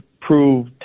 prove